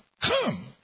come